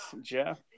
Jeff